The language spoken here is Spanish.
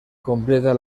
completa